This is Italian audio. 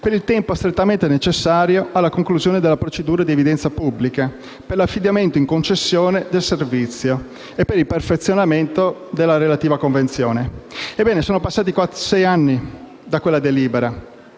per il tempo strettamente necessario alla conclusione della procedura di evidenza pubblica per l'affidamento in concessione del servizio e per il perfezionamento della relativa convenzione. Ebbene, sono passati sei anni da quella delibera